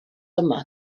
yma